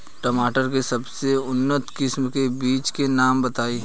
टमाटर के सबसे उन्नत किस्म के बिज के नाम बताई?